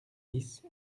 dix